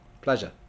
Pleasure